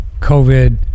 COVID